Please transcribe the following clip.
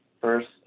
first